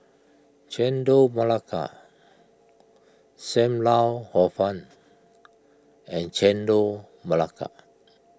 Chendol Melaka Sam Lau Hor Fun and Chendol Melaka